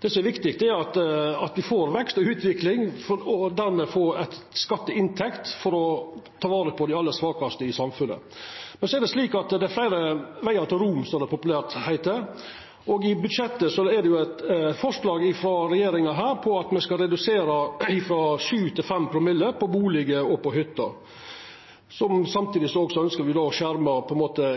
Det som er viktig, er at me får vekst og utvikling og dermed får skatteinntekt for å ta vare på dei aller svakaste i samfunnet. Men det er fleire vegar til Rom, som det populært heiter. I budsjettet er det eit forslag frå regjeringa om å redusera skatten frå 7 til 5 promille på bustader og hytter. Samtidig ønskjer me å skjerma